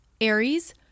Aries